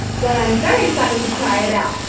but i'm very excited to try it out.